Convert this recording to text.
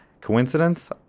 Coincidence